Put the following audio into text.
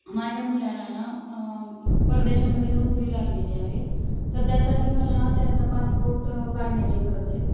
माझ्या मुलाला ना परदेशामध्ये नोकरी लागलेली आहे तर त्यासाठी मला त्याचा पासपोर्ट काढण्याची गरज आहे